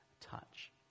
touch